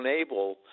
unable